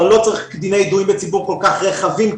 לא צריך תקני ידועים בציבור כל כך רחבים,